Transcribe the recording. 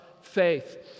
faith